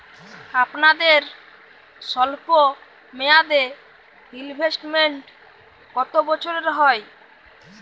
আপনাদের স্বল্পমেয়াদে ইনভেস্টমেন্ট কতো বছরের হয়?